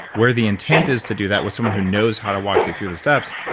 where the intent is to do that with someone who knows how to walk you through the steps,